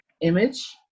image